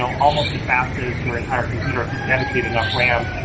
so almost as fast as your entire computer, if you dedicate enough ram,